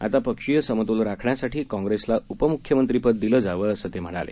आता पक्षीय समतोल राखण्यासाठी काँग्रेसला उपमुख्यमंत्रीपद दिलं जावं असं ते म्हणाले